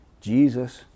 Jesus